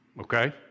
Okay